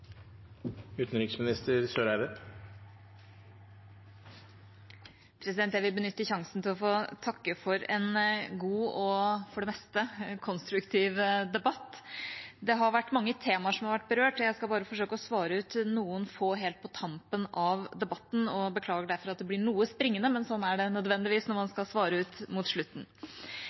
Jeg vil benytte sjansen til å takke for en god og – for det meste – konstruktiv debatt. Det er mange temaer som har vært berørt, og jeg skal bare forsøke å svare ut noen helt få på tampen av debatten, og beklager derfor at det blir noe springende, men sånn er det nødvendigvis når man skal svare ut mot slutten.